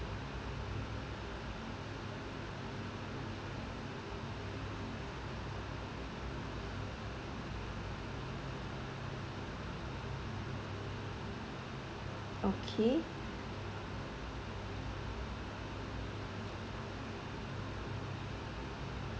okay